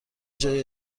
جای